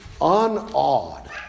unawed